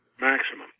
Maximum